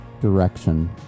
direction